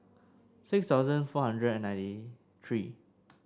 six thousand four hundred ninety three